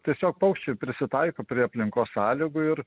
tiesiog paukščiai prisitaiko prie aplinkos sąlygų ir